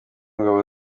ngabo